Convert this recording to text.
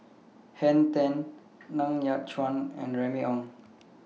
Henn Tan Ng Yat Chuan and Remy Ong